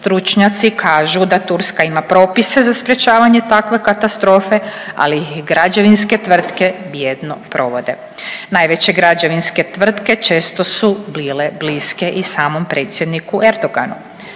Stručnjaci kažu da Turska ima propise za sprječavanje takve katastrofe, ali ih građevinske tvrtke bijedno provode. Najveće građevinske tvrtke često su bile bliske i samom predsjedniku Erdoganu.